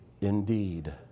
Indeed